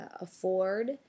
afford